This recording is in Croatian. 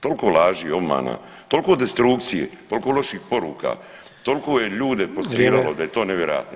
Toliko laži, obmana, toliko destrukcije, toliko loših poruka, toliko je ljude [[Upadica: Vrijeme.]] provociralo da je to nevjerojatno i